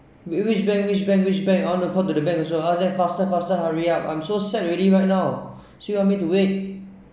which bank which bank which bank I want to call to the bank also ask them faster faster hurry up I'm so sad already right now still want me to wait